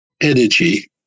energy